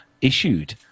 issued